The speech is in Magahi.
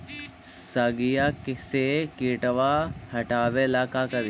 सगिया से किटवा हाटाबेला का कारिये?